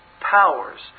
Powers